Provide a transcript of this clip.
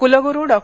कुलगुरू डॉ